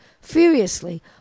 furiously